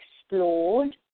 explored